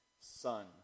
Son